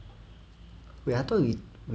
wait I thought we